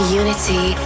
unity